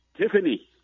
Tiffany